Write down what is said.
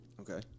Okay